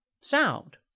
sound